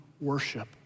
worship